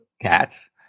cats